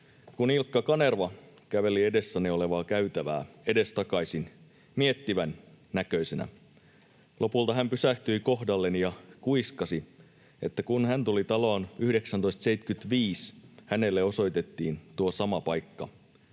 kun Ilkka Kanerva käveli edessäni olevaa käytävää edestakaisin miettivän näköisenä. Lopulta hän pysähtyi kohdalleni ja kuiskasi, että kun hän tuli taloon 1975, hänelle osoitettiin tuo sama paikka.